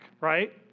right